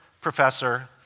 professor